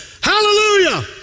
Hallelujah